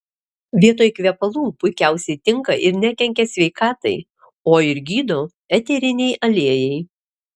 vietoj kvepalų puikiausiai tinka ir nekenkia sveikatai o ir gydo eteriniai aliejai